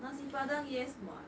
nasi padang yes what